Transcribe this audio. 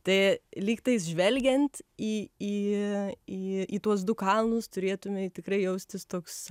tai lyg tais žvelgiant į į į tuos du kalnus turėtumei tikrai jaustis toks